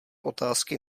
otázky